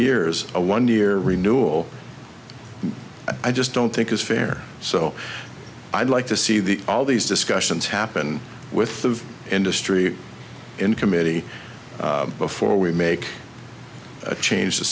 years a one year renewal i just don't think is fair so i'd like to see the all these discussions happen with the industry in committee before we make a change to